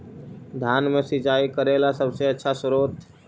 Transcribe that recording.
धान मे सिंचाई करे ला सबसे आछा स्त्रोत्र?